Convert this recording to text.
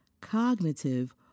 cognitive